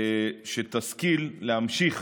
שתשכיל להמשיך